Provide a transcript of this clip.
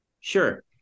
Sure